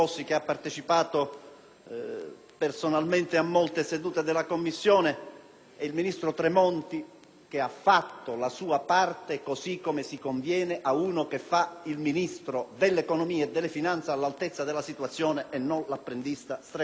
e al ministro Tremonti, che ha fatto la sua parte, così come si conviene a uno che fa il Ministro dell'economia e delle finanze all'altezza della situazione e non l'apprendista stregone che deve dare a tutti i costi i numeri